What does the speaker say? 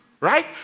Right